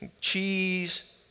cheese